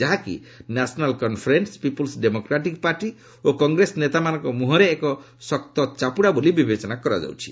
ଯାହାକି National Conference Peoples Democratic Party ଓ Congress ନେତାମାନଙ୍କ ମୁହଁରେ ଏକ ଶକ୍ତ ଚାପୁଡା ବୋଲି ବିବେଚନା କରାଯାଉଛି